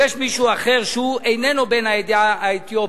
ויש מישהו אחר, שהוא איננו בן העדה האתיופית,